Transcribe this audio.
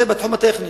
זה בתחום הטכני.